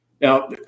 Now